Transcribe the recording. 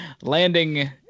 landing